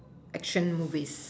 actions movies